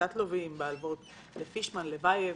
קבוצת לווים, בהלוואות לפישמן, ללבייב,